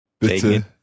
bitte